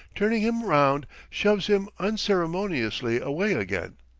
turning him round, shoves him unceremoniously away again,